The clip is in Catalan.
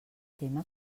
tema